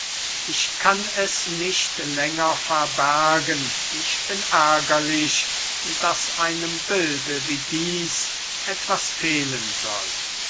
ich kann es nicht länger verbergen ich bin ärgerlich daß einem bilde wie dieß etwas fehlen soll